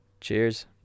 Cheers